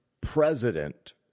president